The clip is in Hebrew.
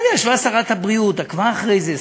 ישבה שרת הבריאות, עקבה אחרי זה.